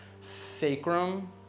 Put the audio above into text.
sacrum